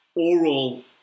Oral